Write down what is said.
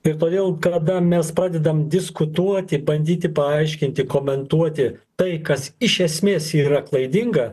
ir todėl kada mes pradedam diskutuoti bandyti paaiškinti komentuoti tai kas iš esmės yra klaidinga